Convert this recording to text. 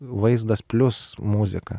vaizdas plius muzika